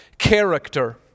Character